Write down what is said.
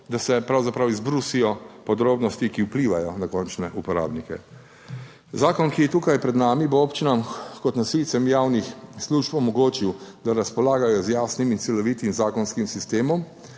da se pravzaprav izbrusijo podrobnosti, ki vplivajo na končne uporabnike. Zakon, ki je tukaj pred nami, bo občinam kot nosilcem javnih služb omogočil, da razpolagajo z jasnim in celovitim zakonskim sistemom